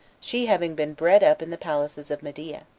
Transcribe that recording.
she having been bred up in the palaces of media.